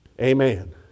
Amen